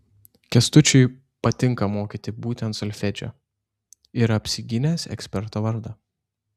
kęstučiui patinka mokyti būtent solfedžio yra apsigynęs eksperto vardą